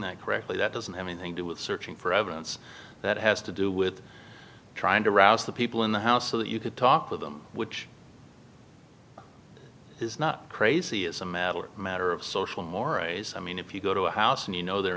that correctly that doesn't have anything to do with searching for evidence that has to do with trying to rouse the people in the house so that you could talk with them which is not crazy is a matter matter of social mores i mean if you go to a house and you know they're